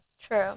True